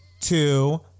two